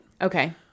Okay